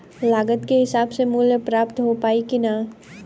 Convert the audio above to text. लागत के हिसाब से मूल्य प्राप्त हो पायी की ना?